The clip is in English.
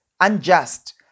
unjust